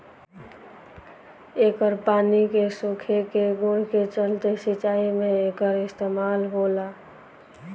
एकर पानी के सोखे के गुण के चलते सिंचाई में एकर इस्तमाल होला